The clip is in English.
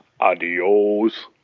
adios